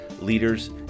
leaders